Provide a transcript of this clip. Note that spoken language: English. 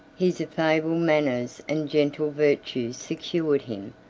his affable manners and gentle virtues secured him,